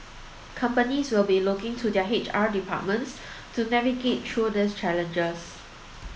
companies will be looking to their H R departments to navigate through these challenges